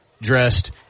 dressed